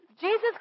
Jesus